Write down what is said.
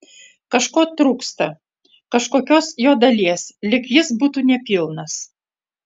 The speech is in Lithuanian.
kažko trūksta kažkokios jo dalies lyg jis būtų nepilnas